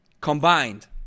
combined